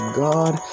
god